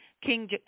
King